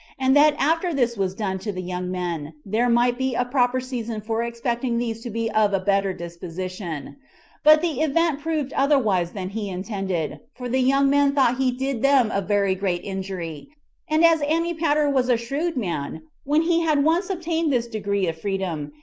and that after this was done to the young men, there might be a proper season for expecting these to be of a better disposition but the event proved otherwise than he intended, for the young men thought he did them a very great injury and as antipater was a shrewd man, when he had once obtained this degree of freedom,